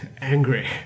angry